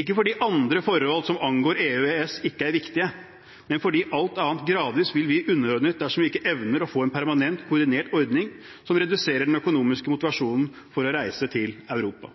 ikke fordi andre forhold som angår EU og EØS ikke er viktige, men fordi alt annet gradvis vil bli underordnet dersom vi ikke evner å få en permanent, koordinert ordning som reduserer den økonomiske motivasjonen for å reise til Europa.